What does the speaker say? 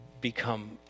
become